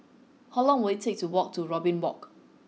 how long will it take to walk to Robin Walk